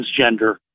transgender